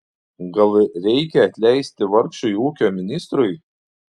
gal reikia atleisti vargšui ūkio ministrui